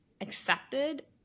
accepted